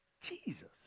Jesus